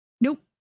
Nope